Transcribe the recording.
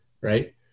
right